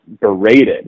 berated